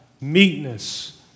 Meekness